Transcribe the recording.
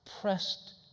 pressed